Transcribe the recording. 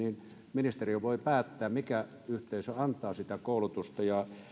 ministeriö voi päättää mikä yhteisö antaa sitä koulutusta tässä on